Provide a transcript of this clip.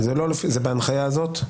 זה בהנחיה הזו?